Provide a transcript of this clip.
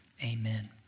Amen